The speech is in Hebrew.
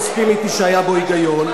תסכים אתי שהיה בו היגיון,